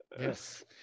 Yes